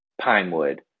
Pinewood